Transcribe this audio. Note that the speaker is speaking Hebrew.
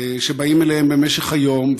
שבאים אליהם במשך היום,